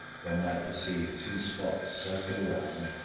one might perceive two spots circle around,